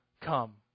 come